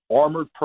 armored